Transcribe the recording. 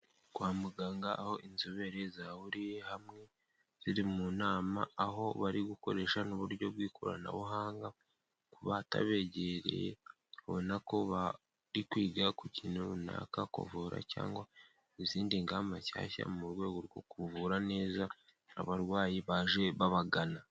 Kwa muganga, aho inzobere zahuriye hamwe, ziri mu nama, aho bari gukoresha n'uburyo bw'ikoranabuhanga ku batabegereye. Ubona ko bari kwiga ku kintu runaka, kuvura, cyangwa izindi ngamba nshyashya, mu rwego rwo kuvura neza abarwayi baje babagana.